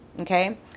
okay